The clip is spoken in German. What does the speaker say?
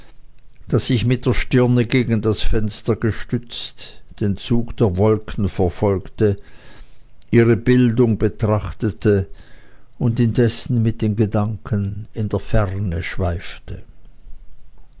daß ich mit der stirne gegen das fenster gestützt den zug der wolken verfolgte ihre bildung betrachtete und indessen mit den gedanken in der ferne schweifte